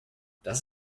das